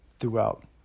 throughout